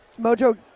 mojo